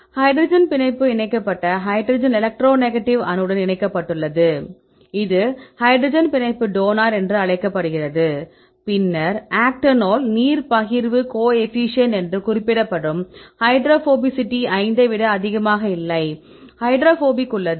hydrogen பிணைப்பு இணைக்கப்பட்ட hydrogen electronegative அணுவுடன் இணைக்கப்பட்டுள்ளது இது ஹைட்ரஜன் பிணைப்பு டோனர் என்று அழைக்கப்படுகிறது பின்னர் ஆக்டானோல் நீர் பகிர்வு கோஎஃபீஷியேன்ட் என குறிப்பிடப்படும் ஹைட்ரோபோபசிட்டி 5 ஐ விட அதிகமாக இல்லை ஹைட்ரோபோபிக் உள்ளது